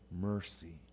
mercy